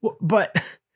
but-